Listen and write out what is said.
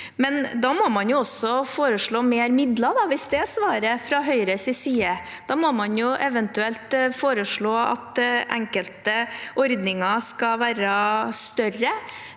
Da må man jo foreslå mer midler, hvis det er svaret fra Høyres side. Da må man eventuelt foreslå at enkelte ordninger skal være større.